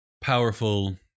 powerful